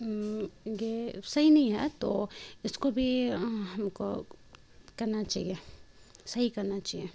یہ صحیح نہیں ہے تو اس کو بھی ہم کو کرنا چاہیے صحیح کرنا چاہیے